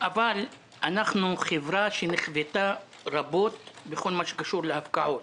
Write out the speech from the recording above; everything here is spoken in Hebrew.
אבל אנחנו חברה שנכוותה רבות בכל הקשור להפקעות.